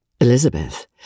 Elizabeth